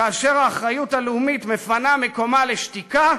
כאשר האחריות הלאומית מפנה את מקומה לשתיקה,